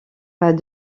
pas